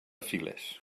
files